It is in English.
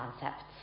concepts